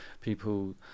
people